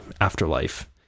afterlife